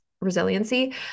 resiliency